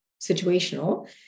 situational